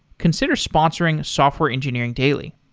consider sponsoring software engineering daily.